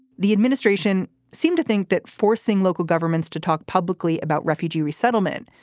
the administration seemed to think that forcing local governments to talk publicly about refugee resettlement,